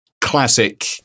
classic